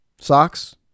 socks